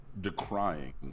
decrying